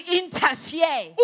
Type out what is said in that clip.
interfere